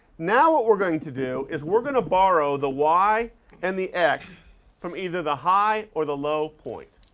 now what we're going to do is we're going to borrow the y and the x from either the high or the low point,